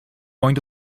going